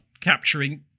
capturing